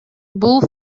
бул